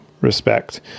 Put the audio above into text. respect